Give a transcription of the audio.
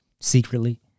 secretly